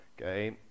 okay